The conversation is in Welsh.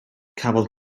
cafodd